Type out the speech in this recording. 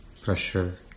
pressure